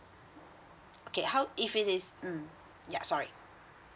okay how if it is mm ya sorry